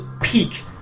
peak